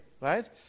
Right